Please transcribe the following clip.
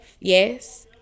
yes